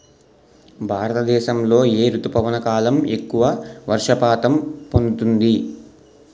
భారతదేశంలో ఏ రుతుపవన కాలం ఎక్కువ వర్షపాతం పొందుతుంది?